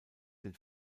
den